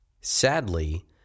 Sadly